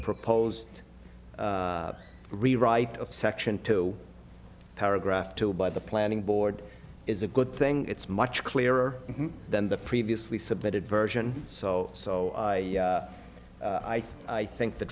proposed rewrite of section two paragraph two by the planning board is a good thing it's much clearer than the previously submitted version so so i think i think the